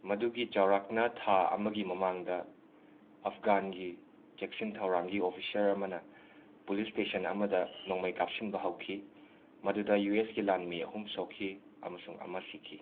ꯃꯗꯨꯒꯤ ꯆꯥꯎꯔꯥꯛꯅ ꯊꯥ ꯑꯃꯒꯤ ꯃꯃꯥꯡꯗ ꯑꯐꯒꯥꯟꯒꯤ ꯆꯦꯛꯁꯤꯟ ꯊꯧꯔꯥꯡꯒꯤ ꯑꯣꯐꯤꯁꯥꯔ ꯑꯃꯅ ꯄꯨꯂꯤꯁ ꯏꯁꯇꯦꯁꯟ ꯑꯃꯗ ꯅꯣꯡꯃꯩ ꯀꯥꯞꯁꯤꯟꯕ ꯍꯧꯈꯤ ꯃꯗꯨꯗ ꯌꯨ ꯑꯦꯁꯀꯤ ꯂꯥꯟꯃꯤ ꯑꯍꯨꯝ ꯁꯣꯛꯈꯤ ꯑꯃꯁꯨꯡ ꯑꯃ ꯁꯤꯈꯤ